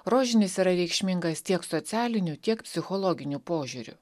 rožinis yra reikšmingas tiek socialiniu tiek psichologiniu požiūriu